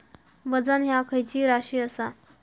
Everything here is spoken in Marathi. वजन ह्या खैची राशी असा?